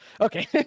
Okay